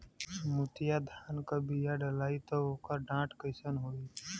मोतिया धान क बिया डलाईत ओकर डाठ कइसन होइ?